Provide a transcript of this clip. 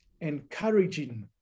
encouraging